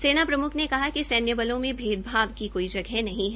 सेना प्रम्ख ने कहा कि सैन्य बलो में भेदभाव की कोई जगह नहीं है